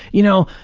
you know,